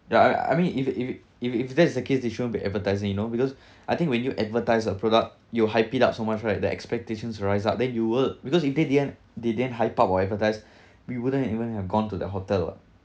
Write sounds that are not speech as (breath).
ya I mean if if if if that's the case they shouldn't be advertising you know because (breath) I think when you advertise a product you hype it up so much right the expectations will rise up then you work because if they didn't they didn't hype up or advertised (breath) we wouldn't even have gone to that hotel ah